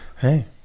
Hey